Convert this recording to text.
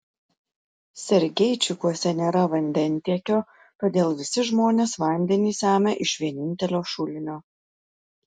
sergeičikuose nėra vandentiekio todėl visi žmonės vandenį semia iš vienintelio šulinio